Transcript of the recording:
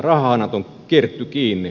rahahanat on kierretty kiinni